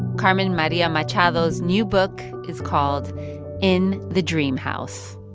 carmen maria machado's new book is called in the dream house.